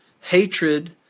hatred